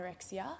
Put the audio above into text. anorexia